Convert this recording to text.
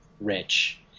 rich